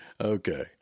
Okay